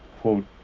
quote